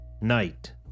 Night